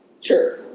Sure